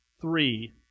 three